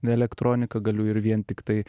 elektroniką galiu ir vien tiktai